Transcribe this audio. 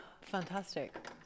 Fantastic